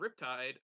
Riptide